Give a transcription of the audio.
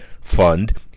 fund